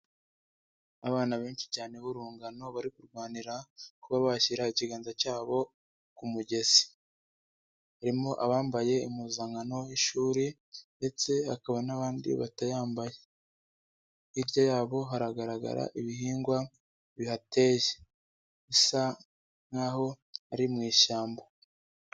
Abana benshi cyane b'urungano bari kurwanira kuba bashyira ikiganza cyabo ku mugezi, harimo abambaye impuzankano y'i ishuri ndetse hakaba n'abandi batayambaye, hirya yabo haragaragara ibihingwa bihateye isa nk'aho ari mu ishyamba.